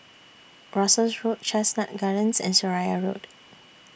Russels Road Chestnut Gardens and Seraya Road